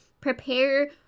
prepare